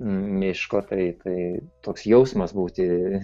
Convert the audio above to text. miško tai tai toks jausmas būti